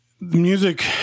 music